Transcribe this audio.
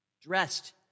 dressed